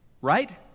right